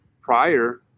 prior